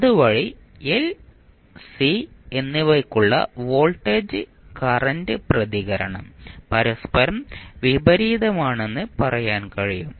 അതുവഴി L c എന്നിവയ്ക്കുള്ള voltage current പ്രതികരണം പരസ്പരം വിപരീതമാണെന്ന് പറയാൻ കഴിയും